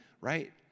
right